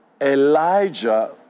Elijah